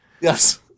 Yes